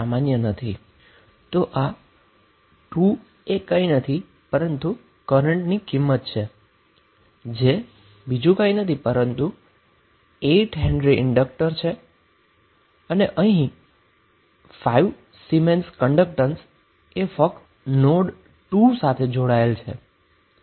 તો આ બે એ બીજું કંઈ નહી પરંતુ કરન્ટની વેલ્યુ છે જે બીજું કંઈ નથી પરંતુ 8 હેન્રી ઈન્ડક્ટર છે અને 5 સિમેન્સ કન્ડક્ટન્સ છે જે ફક્ત નોડ 2 સાથે જ જોડેલ છે